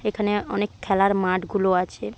এখানে অনেক খেলার মাঠগুলো আছে